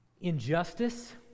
injustice